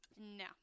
No